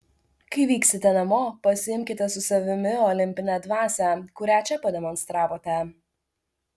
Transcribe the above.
kai vyksite namo pasiimkite su savimi olimpinę dvasią kurią čia pademonstravote